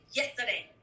yesterday